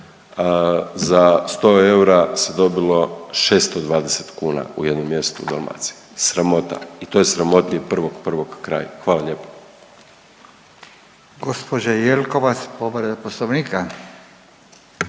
za 100 eura se dobilo 620 kuna u jednom mjestu u Dalmaciji, sramota i to je sramota i 1.1. kraj, hvala lijepo.